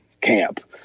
camp